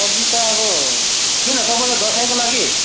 सब्जी त अब किन तपाईँलाई दसैँको लागि